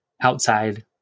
outside